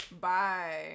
Bye